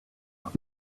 out